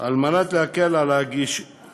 על מנת להקל את ההשגה,